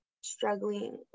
struggling